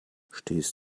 stehst